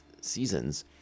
seasons